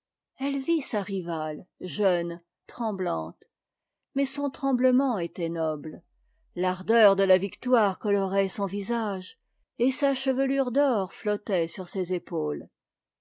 elle vit sa rivale jeune tremblante mais son tremblement était noble fardeur de la victoire colorait son visage et sa chevelure d'or flottait sur ses épau